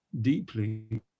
deeply